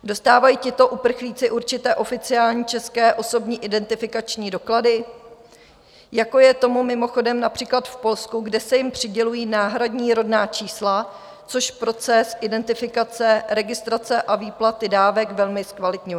Dostávají tito uprchlíci určité oficiální české osobní identifikační doklady, jako je tomu mimochodem například v Polsku, kdy se jim přidělují náhradní rodná čísla, což proces identifikace, registrace a výplaty dávek velmi zkvalitňuje?